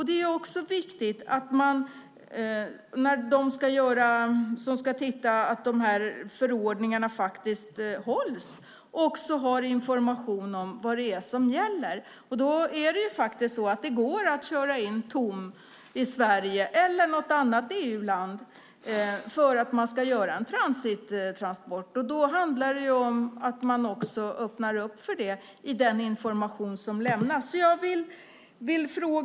Det är också viktigt för dem som ska titta att förordningarna faktiskt hålls och att det finns information om vad som gäller. Det går faktiskt att köra in med ett tomt fordon i Sverige eller något annat EU-land för att göra en transittransport. Då handlar det om att man öppnar för sådant i den information som lämnas.